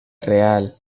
real